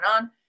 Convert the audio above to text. on